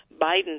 Biden